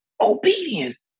Obedience